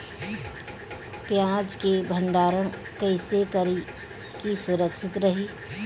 प्याज के भंडारण कइसे करी की सुरक्षित रही?